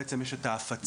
בעצם יש את ההפצה.